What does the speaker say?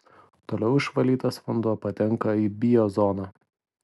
toliau išvalytas vanduo patenka į biozoną